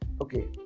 Okay